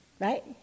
Right